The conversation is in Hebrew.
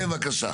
כן, בבקשה.